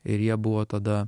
ir jie buvo tada